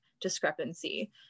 discrepancy